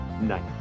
Night